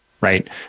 right